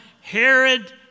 Herod